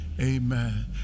amen